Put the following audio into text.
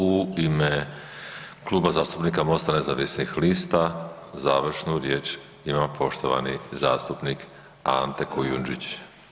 U ime Kluba zastupnika Mosta nezavisnih lista završnu riječ ima poštovani zastupnik Ante KUjundžić.